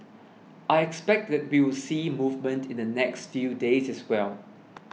I expect that we will see movement in the next few days as well